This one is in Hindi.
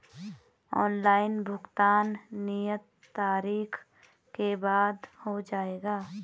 ऑनलाइन भुगतान नियत तारीख के बाद हो जाएगा?